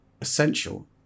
essential